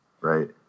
right